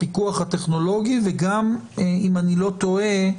אם אני לא טועה,